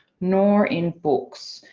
nor in books.